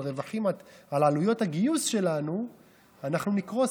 רווחים על עלויות הגיוס שלנו אנחנו נקרוס,